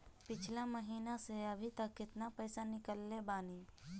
पिछला महीना से अभीतक केतना पैसा ईकलले बानी?